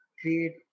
create